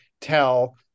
tell